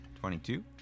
Twenty-two